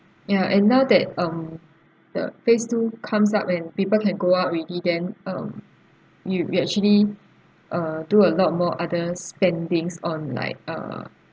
ya and now that um the phase two comes up and people can go out already then um you we actually uh do a lot more other spendings on like uh